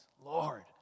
Lord